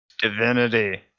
divinity